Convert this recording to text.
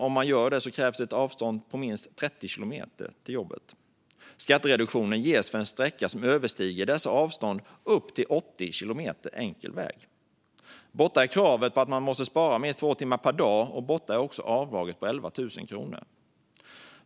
Om man gör det krävs ett avstånd på minst 30 kilometer till jobbet. Skattereduktionen ges för den sträcka som överstiger dessa avstånd, upp till 80 kilometer enkel väg. Borta är kravet på att man måste spara minst två timmar per dag, liksom avdraget på 11 000 kronor.